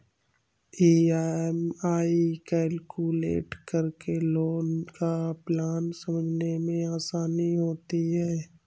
EMI calculate करके loan का plan समझने में आसानी होती है